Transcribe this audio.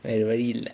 I already